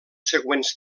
següents